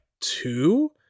two